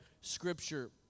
Scripture